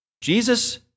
Jesus